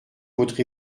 votre